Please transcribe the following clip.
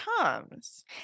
comes